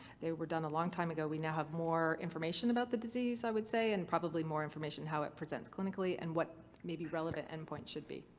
they were done a long time ago. we now have more information about the disease i would say and probably more information in how it presents clinically and what may be relevant endpoints should be.